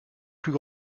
plus